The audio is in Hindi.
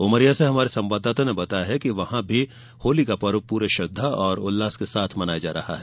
उमरिया से हमारे संवादाता ने बताया है कि जिले में भी होली का पर्व पूरे श्रद्वा और उल्लास के साथ मनाया जा रहा है